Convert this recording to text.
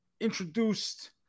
introduced